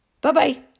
Bye-bye